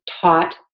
taught